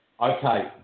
Okay